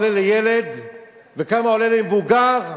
כמה עולה הכניסה לילד וכמה למבוגר?